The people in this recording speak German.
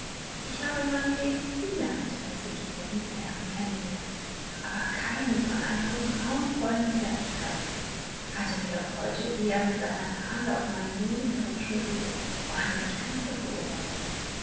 ich habe in meinem leben viele alte häßliche verliebte herren kennengelernt aber keinen von einer so grauenvollen widerlichkeit hat er mir doch heute wie er mit seiner nase auf meinem busen herumschnüffelte ordentlich krämpfe verursacht